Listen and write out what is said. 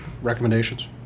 recommendations